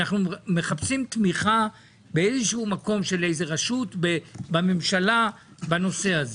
אנחנו מחפשים תמיכה של איזושהי רשות בממשלה לנושא הזה.